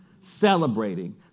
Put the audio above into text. celebrating